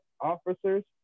officers